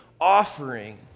offering